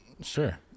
Sure